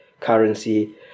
currency